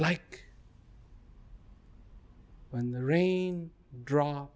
like when the rain dr